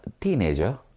teenager